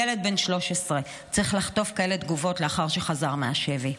ילד בן 13 צריך לחטוף כאלה תגובות לאחר שחזר מהשבי.